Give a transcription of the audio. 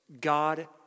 God